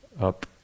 up